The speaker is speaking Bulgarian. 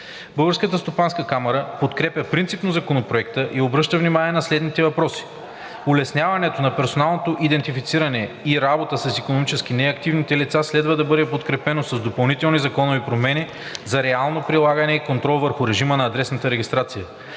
Българската стопанска камара подкрепя принципно законопроекта и обръща внимание на следните въпроси: Улесняването на персоналното идентифициране и работа с икономически неактивните лица следва да бъде подкрепено с допълнителни законови промени за реално прилагане и контрол върху режима на адресната регистрация;